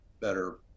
better